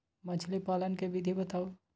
मछली पालन के विधि बताऊँ?